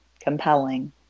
compelling